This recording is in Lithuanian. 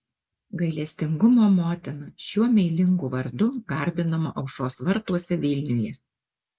gailestingumo motina šiuo meilingu vardu garbinama aušros vartuose vilniuje